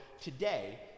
today